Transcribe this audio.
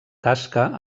tasca